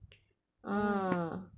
ah